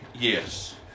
Yes